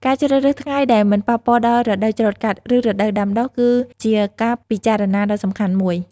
ការជ្រើសរើសថ្ងៃដែលមិនប៉ះពាល់ដល់រដូវច្រូតកាត់ ឬរដូវដាំដុះ គឺជាការពិចារណាដ៏សំខាន់មួយ។